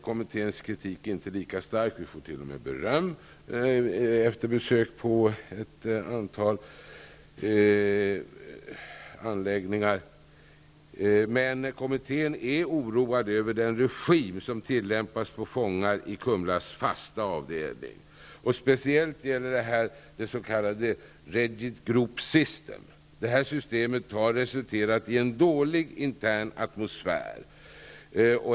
Kommittén har besökt ett antal anläggningar och ger Sverige t.o.m. beröm. Men kommittén är oroad över den regim som tillämpas för fångar på Kumlas fasta avdelning. Speciellt gäller detta det s.k. rigid group-systemet. Systemet har resulterat i en dålig intern atmosfär.